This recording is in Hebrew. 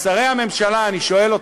שרי הממשלה, אני שואל אתכם: